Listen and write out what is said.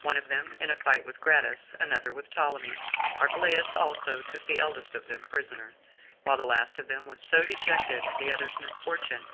one of them in a fight with gratus, another with ptolemy archelaus also took the eldest of them prisoner while the last of them was so dejected at the other's misfortune,